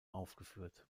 aufgeführt